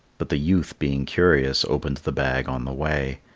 but the youth, being curious, opened the bag on the way.